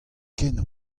kenañ